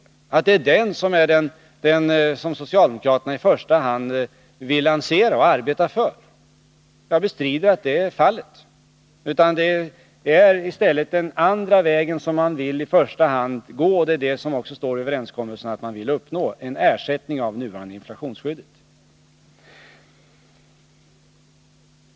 Och Lars Tobisson menar att det är den modellen som socialdemokraterna i första hand vill arbeta för. Jag bestrider att det är fallet. Det är i stället den andra vägen som man i första hand vill gå, den som också står i överenskommelsen: man vill finna en ersättning för det nuvarande inflationsskyddet.